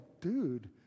dude